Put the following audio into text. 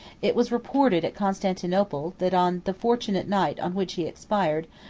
it was reported at constantinople, that on the fortunate night on which he expired,